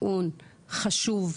וטעון וחשוב.